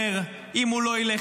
שאומר: אם הוא לא ילך,